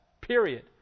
Period